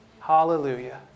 Hallelujah